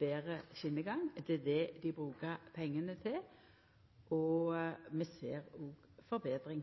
betre skjenegang – det er dét dei brukar pengane til. Vi ser òg forbetring